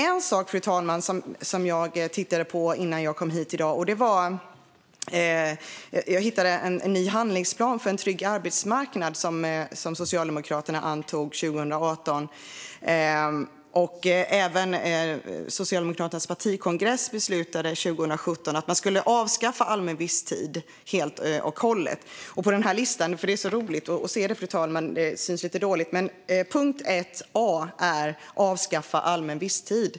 En sak som jag tittade på innan jag kom hit i dag var en ny handlingsplan för en trygg arbetsmarknad, som Socialdemokraterna antog 2018. Även Socialdemokraternas partikongress beslutade 2017 att man skulle avskaffa allmän visstid helt och hållet. Punkt 1 a på listan är Avskaffa allmän visstid.